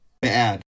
Bad